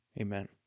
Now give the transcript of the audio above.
amen